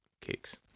Cakes